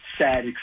sad